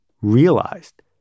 realized